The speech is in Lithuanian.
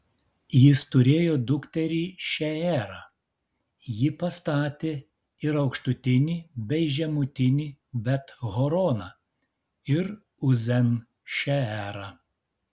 jis turėjo dukterį šeerą ji pastatė ir aukštutinį bei žemutinį bet horoną ir uzen šeerą